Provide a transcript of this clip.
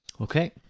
Okay